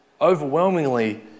overwhelmingly